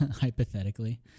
Hypothetically